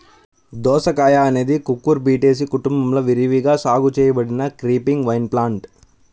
దోసకాయఅనేది కుకుర్బిటేసి కుటుంబంలో విరివిగా సాగు చేయబడిన క్రీపింగ్ వైన్ప్లాంట్